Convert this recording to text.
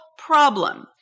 problem